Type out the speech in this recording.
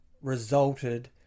resulted